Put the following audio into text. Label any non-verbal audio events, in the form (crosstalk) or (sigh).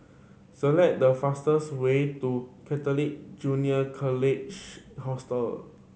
select the fastest way to Catholic Junior (noise) College Hostel